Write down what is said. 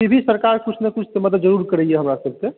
फिर भी सरकार किछु ने किछु मदद जरुर करैया हमरा सभकेँ